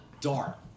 dart